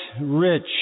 rich